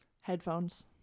Headphones